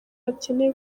bakeneye